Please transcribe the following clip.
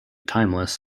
timeless